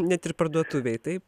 net ir parduotuvėj taip